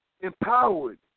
empowered